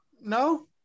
No